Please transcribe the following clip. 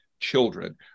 children